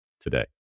today